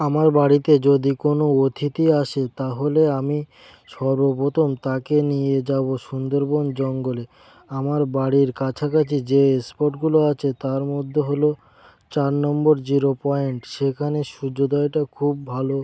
আমার বাড়িতে যদি কোনও অতিথি আসে তাহলে আমি সর্বপ্রথম তাকে নিয়ে যাবো সুন্দরবন জঙ্গলে আমার বাড়ির কাছাকাছি যে স্পটগুলো আছে তার মধ্যে হলো চার নম্বর জিরো পয়েন্ট সেখানে সূর্যোদয়টা খুব ভালো